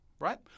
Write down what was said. right